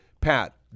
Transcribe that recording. Pat